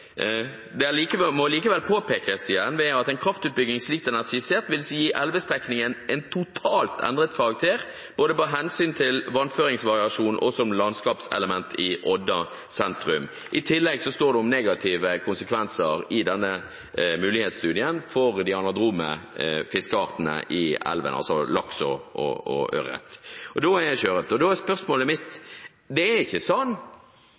Det må likevel igjen påpekes at en kraftutbygging slik den er skissert, vil gi elvestrekningen en totalt endret karakter med hensyn til vannføringsvariasjon og som landskapselement i Odda sentrum. I tillegg står det i denne mulighetsstudien om negative konsekvenser for de anadrome fiskeartene i elven: laks og ørret. Det er ikke slik at Odda-befolkningen er nødt til å bygge ut denne kraftstasjonen for å få på plass flomtunnel. Da er spørsmålet mitt: